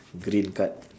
green card